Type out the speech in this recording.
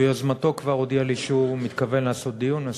שביוזמתו כבר הודיע לי שהוא מתכוון לקיים דיון.